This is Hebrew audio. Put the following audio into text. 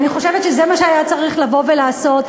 אני חושבת שזה מה שהיה צריך לבוא ולעשות.